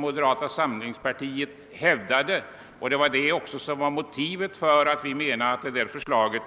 Moderata samlingspartiet hävdade ju också just denna mening, och det var vårt motiv för ett uppskov.